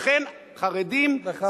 לכן, חרדים, בכבוד.